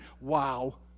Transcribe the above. wow